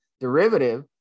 derivative